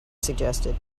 suggested